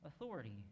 authority